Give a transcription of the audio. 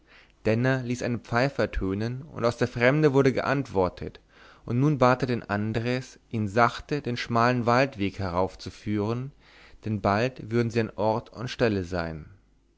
denner ließ seine pfeife ertönen aus der ferne wurde geantwortet und nun bat er den andres ihn sachte den schmalen waldweg heraufzuführen denn bald würden sie an ort und stelle sein